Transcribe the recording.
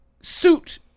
suit